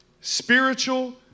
spiritual